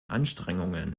anstrengungen